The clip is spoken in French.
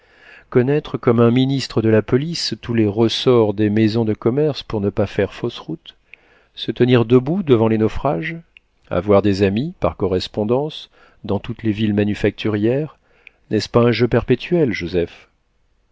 connaître comme un ministre de la police tous les ressorts des maisons de commerce pour ne pas faire fausse route se tenir debout devant les naufrages avoir des amis par correspondance dans toutes les villes manufacturières n'est-ce pas un jeu perpétuel joseph